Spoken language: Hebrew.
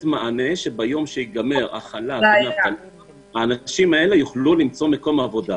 מענה לכך שביום שייגמר החל"ת האנשים האלה יוכלו למצוא מקום עבודה.